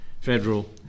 federal